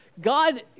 God